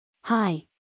Hi